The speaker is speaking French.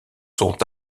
sont